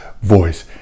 voice